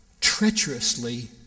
treacherously